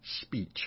speech